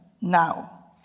now